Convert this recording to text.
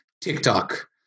TikTok